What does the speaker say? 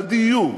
הדיור,